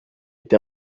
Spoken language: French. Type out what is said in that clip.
été